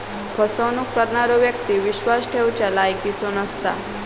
फसवणूक करणारो व्यक्ती विश्वास ठेवच्या लायकीचो नसता